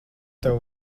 tevi